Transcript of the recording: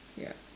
ya